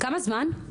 כמה זמן?